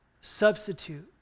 substitute